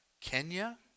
Kenya